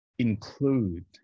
include